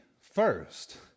first